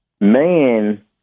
man